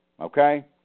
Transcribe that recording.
Okay